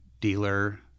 dealer